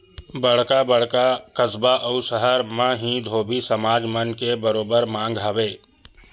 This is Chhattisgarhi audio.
बड़का बड़का कस्बा अउ सहर मन म ही धोबी समाज मन के बरोबर मांग हवय